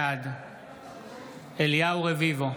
בעד אליהו רביבו,